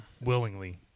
willingly